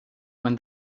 when